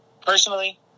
Personally